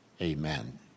amen